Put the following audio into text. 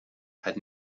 had